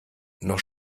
noch